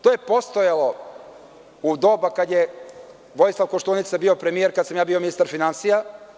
To je postojalo u doba kada je Vojislav Koštunica bio premijer, kad sam ja bio ministar finansija.